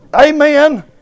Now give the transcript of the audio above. Amen